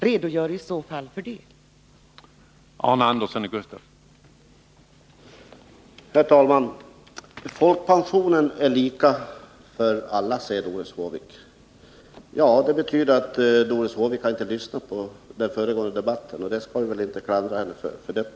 Redogör i så fall för den saken!